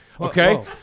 Okay